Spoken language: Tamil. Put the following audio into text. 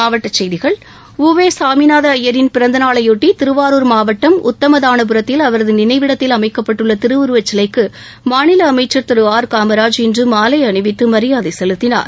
மாவட்டச் செய்திகள் உ வே சாமிநாத ஐயரின் பிறந்தநாளையொட்டி திருவாரூர் மாவட்டம் உத்தமதானபுரத்தில் அவரது நினைவிடத்தில் அமைக்கப்பட்டுள்ள திருவுருவ சிலைக்கு மாநில அமைக்சர் திரு ஆர் காமராஜ் இன்று மாலை அணிவித்து மரியாதை செலுத்தினார்